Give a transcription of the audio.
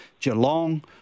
Geelong